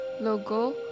logo